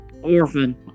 Orphan